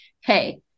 hey